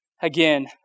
again